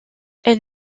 elle